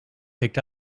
picked